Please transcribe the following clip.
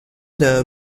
des